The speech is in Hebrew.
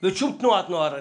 ובשום תנועת נוער.